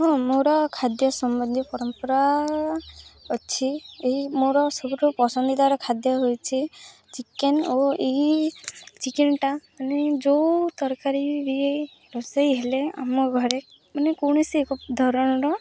ହଁ ମୋର ଖାଦ୍ୟ ସମ୍ବନ୍ଧୀୟ ପରମ୍ପରା ଅଛି ଏଇ ମୋର ସବୁଠୁ ପସନ୍ଦିଦାର ଖାଦ୍ୟ ହେଉଛି ଚିକେନ୍ ଓ ଏଇ ଚିକେନ୍ଟା ମାନେ ଯେଉଁ ତରକାରୀ ବି ରୋଷେଇ ହେଲେ ଆମ ଘରେ ମାନେ କୌଣସି ଏକ ଧରଣର